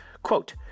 Quote